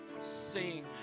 sing